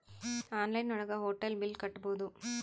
online ಒಳಗ hotel bill ಕಟ್ಬೋದು